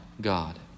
God